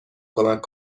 کمک